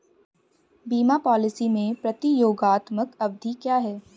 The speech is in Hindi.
बीमा पॉलिसी में प्रतियोगात्मक अवधि क्या है?